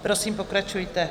Prosím, pokračujte.